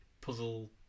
puzzle